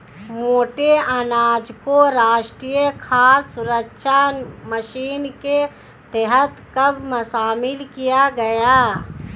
मोटे अनाज को राष्ट्रीय खाद्य सुरक्षा मिशन के तहत कब शामिल किया गया?